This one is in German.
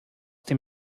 dem